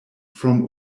from